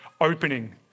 opening